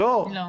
לא.